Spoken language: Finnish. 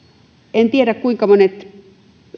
en tiedä kuinka monet